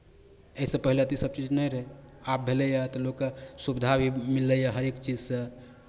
एहिसँ पहिले तऽ इसभ चीज नहि रहै आब भेलैए तऽ लोकके सुविधा भी मिललैए हरेक चीजसँ